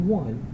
one